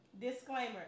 Disclaimer